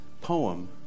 poem